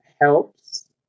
helps